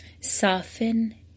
Soften